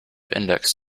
index